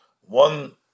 one